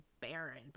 barren